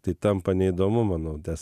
tai tampa neįdomu manau nes